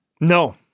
No